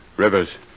Rivers